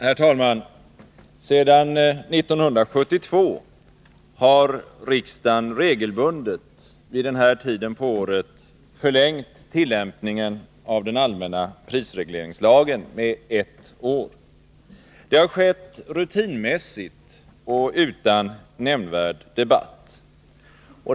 Herr talman! Sedan 1972 har riksdagen regelbundet vid den här tiden på året förlängt tillämpningen av den allmänna prisregleringslagen med ett år. Det har skett rutinmässigt och utan nämnvärd debatt.